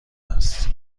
است